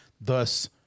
thus